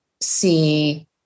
see